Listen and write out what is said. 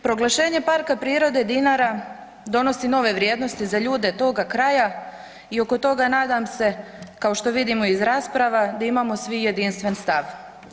Proglašenje PP Dinara donosi nove vrijednosti za ljude toga kraja i oko toga nadam se kao što vidimo iz rasprava, da imamo svi jedinstven stav.